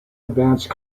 advanced